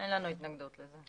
אין לנו התנגדות לזה.